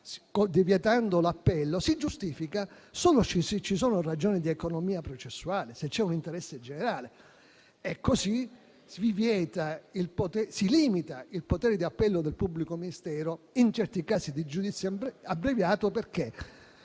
si giustifica solo se vi siano ragioni di economia processuale e se c'è un interesse generale. Così si limita il potere di appello del pubblico ministero in certi casi di giudizio abbreviato, come